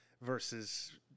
versus